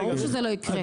ברור שזה לא יקרה.